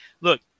Look